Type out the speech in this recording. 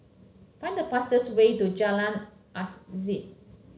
find the fastest way to Jalan